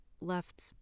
left